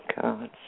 cards